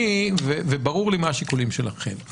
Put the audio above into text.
ברור לי מה השיקולים שלכם.